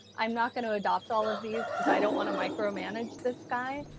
i'm not going to adopt all of these because i don't want to micromanage this guy.